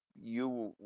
you,